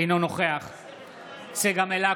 אינו נוכח צגה מלקו,